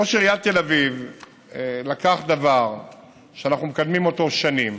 ראש עיריית תל אביב לקח דבר שאנחנו מקדמים שנים,